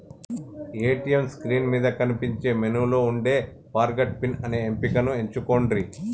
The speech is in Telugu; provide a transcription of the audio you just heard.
ఏ.టీ.యం స్క్రీన్ మీద కనిపించే మెనూలో వుండే ఫర్గాట్ పిన్ అనే ఎంపికను ఎంచుకొండ్రి